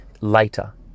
later